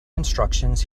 instructions